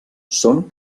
són